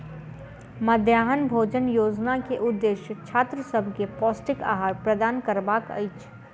मध्याह्न भोजन योजना के उदेश्य छात्र सभ के पौष्टिक आहार प्रदान करबाक अछि